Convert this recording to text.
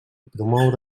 promoure